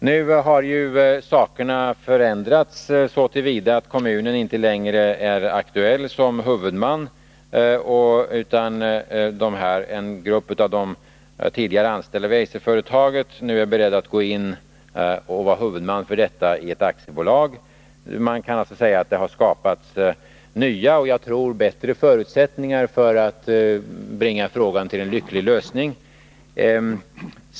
Nu har ju sakerna förändrats så till vida att kommunen inte längre är aktuell som huvudman, eftersom en grupp av tidigare anställda vid Eiserföretaget nu är beredd att gå in som huvudman i ett aktiebolag. Man kan alltså säga att det har skapats nya och, som jag tror, bättre förutsättningar för att bringa frågan till en lycklig lösning.